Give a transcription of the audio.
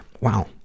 Wow